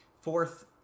fourth